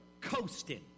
coasting